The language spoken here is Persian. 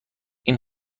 این